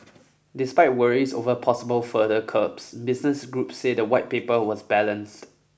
despite worries over possible further curbs business groups say the white paper was balanced